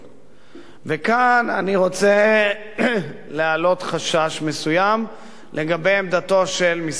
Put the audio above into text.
כאן אני רוצה להעלות חשש מסוים לגבי עמדתו של משרד החוץ הישראלי,